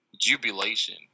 jubilation